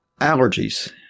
Allergies